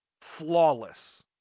flawless